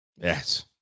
yes